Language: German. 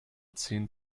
zehn